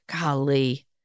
golly